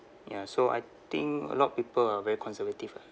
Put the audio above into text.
ya so I think a lot of people are very conservative ah